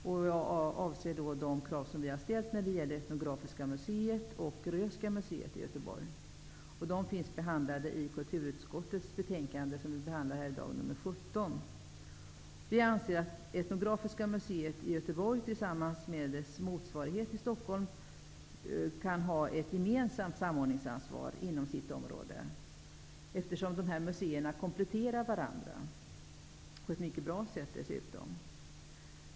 Jag avser då de krav som vi har ställt när det gäller Göteborg. De finns behandlade i kulturutskottets betänkande nr 17, som vi behandlar här i dag. Vi anser att Etnografiska museet i Göteborg tillsammans med dess motsvarighet i Stockholm kan ha ett gemensamt samordningsansvar inom sitt område eftersom dessa museer kompletterar varandra, och dessutom på ett mycket bra sätt.